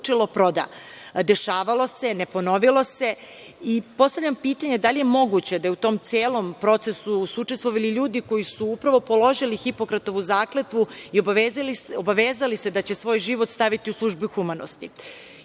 proda. Dešavalo se, ne ponovilo se. Postavljam pitanje, da li je moguće da su u tom celom procesu učestvovali ljudi koji su upravo položili Hipokratovu zakletvu i obavezali se da će svoj život staviti u službu humanosti?